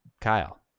Kyle